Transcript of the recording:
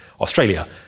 Australia